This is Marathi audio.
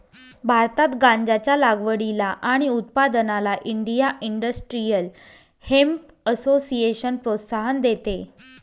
भारतात गांज्याच्या लागवडीला आणि उत्पादनाला इंडिया इंडस्ट्रियल हेम्प असोसिएशन प्रोत्साहन देते